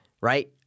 right